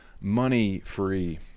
money-free